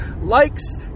likes